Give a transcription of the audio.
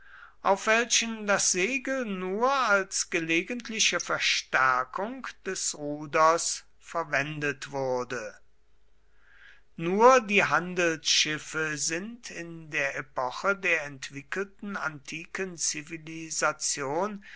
auf welchen das segel nur als gelegentliche verstärkung des ruders verwendet wurde nur die handelsschiffe sind in der epoche der entwickelten antiken zivilisation